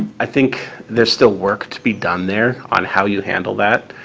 i think there's still work to be done there on how you handle that.